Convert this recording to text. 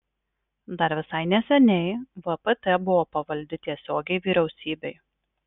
dar visai neseniai vpt buvo pavaldi tiesiogiai vyriausybei